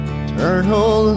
eternal